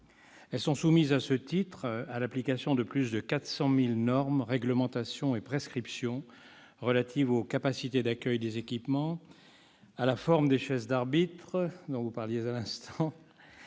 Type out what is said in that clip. elles sont soumises à l'application de plus de 400 000 normes, réglementations et prescriptions, relatives aux capacités d'accueil des équipements, à la forme des chaises d'arbitre, dont vous parliez à l'instant,